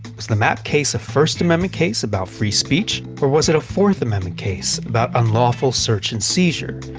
was the mapp case a first amendment case about free speech? or was it a fourth amendment case about unlawful search and seizure?